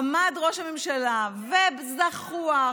עמד ראש הממשלה זחוח,